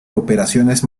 operaciones